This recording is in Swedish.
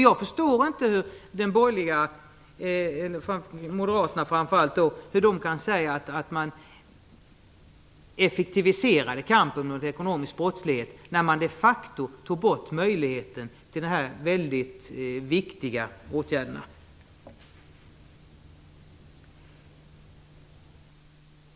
Jag förstår inte att moderaterna kan säga att man effektiviserade kampen mot ekonomisk brottslighet, när man de facto tog bort möjligheten till dessa viktiga åtgärder.